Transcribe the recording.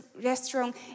restaurant